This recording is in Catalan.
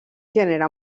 gènere